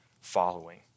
following